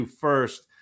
first